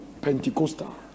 pentecostal